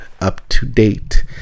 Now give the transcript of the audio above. up-to-date